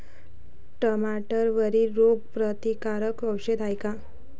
टमाट्यावरील रोग प्रतीकारक औषध हाये का?